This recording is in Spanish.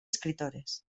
escritores